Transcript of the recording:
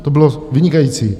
To bylo vynikající.